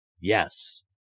Yes